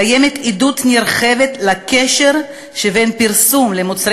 קיימת עדות נרחבת לקשר שבין פרסום מוצרי